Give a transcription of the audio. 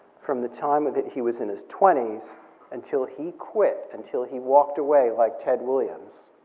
from the time that he was in his twenty s until he quit, until he walked away like ted williams,